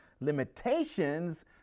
limitations